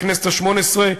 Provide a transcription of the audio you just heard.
בכנסת השמונה-עשרה.